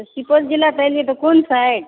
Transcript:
सुपौल जिला कहलियै तऽ कोन साइड